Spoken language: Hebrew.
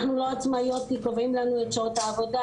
אנחנו לא עצמאיות כי קובעים לנו את שעות העבודה,